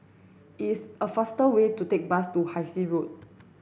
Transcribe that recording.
is a faster way to take bus to Hai Sing Road